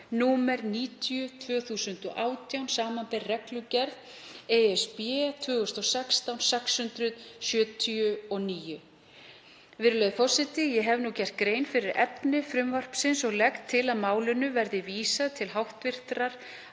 nr. 90/2018, samanber reglugerð (ESB) 2016/679. Virðulegi forseti. Ég hef nú gert grein fyrir efni frumvarpsins og legg til að málinu verði vísað til hv.